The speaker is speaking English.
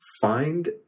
find